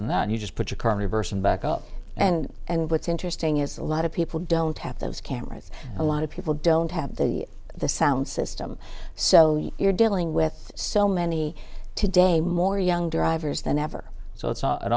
in that and you just put your car reversing back up and and what's interesting is a lot of people don't have those cameras a lot of people don't have the the sound system so you're dealing with so many today more young drivers than ever so it's